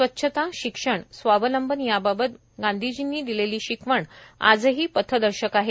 स्वच्छता शिक्षण स्वावलंबन याबाबत गांधीजी यांनी दिलेली शिकवण आजही पथदर्शक आहे